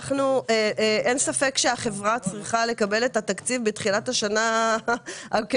אין ספק שהחברה צריכה לקבל את התקציב בתחילת השנה העוקבת.